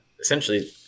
essentially